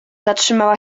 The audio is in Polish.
zatrzymała